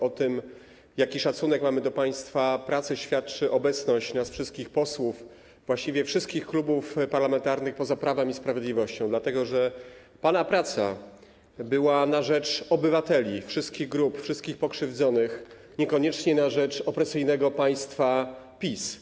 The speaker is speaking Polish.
O tym, jaki szacunek mamy do państwa pracy, świadczy obecność nas wszystkich, posłów właściwie wszystkich klubów parlamentarnych poza Prawem i Sprawiedliwością, dlatego że pana praca była pracą na rzecz obywateli, wszystkich grup, wszystkich pokrzywdzonych, niekoniecznie na rzecz opresyjnego państwa PiS.